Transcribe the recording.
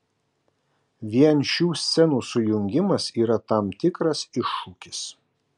vien šių scenų sujungimas yra tam tikras iššūkis